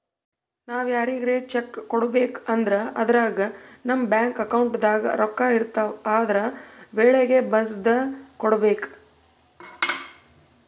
ನಾವ್ ಯಾರಿಗ್ರೆ ಚೆಕ್ಕ್ ಕೊಡ್ಬೇಕ್ ಅಂದ್ರ ಅದ್ರಾಗ ನಮ್ ಬ್ಯಾಂಕ್ ಅಕೌಂಟ್ದಾಗ್ ರೊಕ್ಕಾಇರ್ತವ್ ಆದ್ರ ವಳ್ಗೆ ಬರ್ದ್ ಕೊಡ್ಬೇಕ್